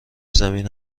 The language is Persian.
زمین